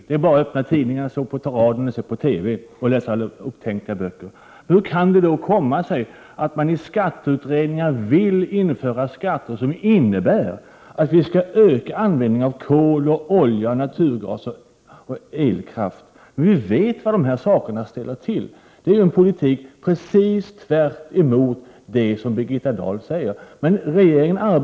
Det är bara att öppna tidningarna, koppla på radion, se på TV och läsa böcker. Hur kan det då komma sig att man i skatteutredningar vill införa skatter, som innebär att vi ökar användningen av kol, olja, naturgas och elkraft, när vi vet vad de där sakerna ställer till med? Det är ju en politik precis tvärtemot vad Birgitta Dahl säger sig önska. Regeringen Prot.